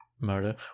Murder